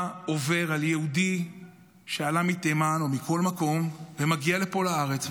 מה עובר על יהודי שעלה מתימן או מכל מקום ומגיע לפה לארץ,